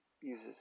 uses